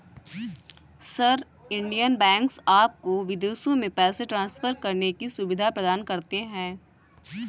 sir, Indian banks आपको विदेशों में पैसे ट्रान्सफर करने की सुविधा प्रदान करते हैं